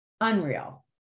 unreal